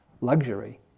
luxury